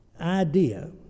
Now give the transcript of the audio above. idea